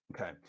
Okay